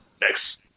next